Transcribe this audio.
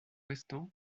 restants